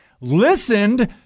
listened